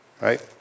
Right